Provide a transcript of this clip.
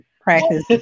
Practice